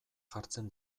jartzen